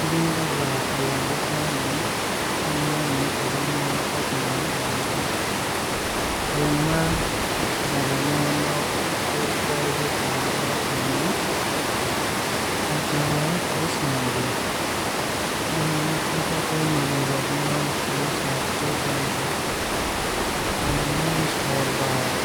Grill ba halangwui chamung songnani kwbangma patiamung lama tongo. Halangma jaga no nok huk tei bufang wafang ni hachal o khe swnam di. Halangma thapa tei manwui rok no suwui saaf khe tonidi. Halangmani sor ba